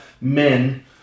men